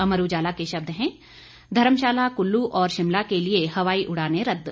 अमर उजाला के शब्द हैं धर्मशाला कुल्लू और शिमला के लिए हवाई उड़ानें रद्द